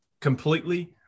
completely